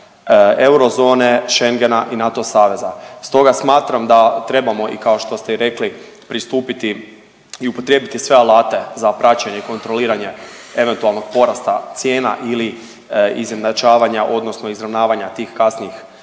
eurozone, Schengena i NATO saveza, stoga smatram da trebamo i kao što ste rekli pristupiti i upotrijebiti sve alate za praćenje i kontroliranje eventualnog porasta cijena ili izjednačavanja odnosno izravnavanja tih kasnijih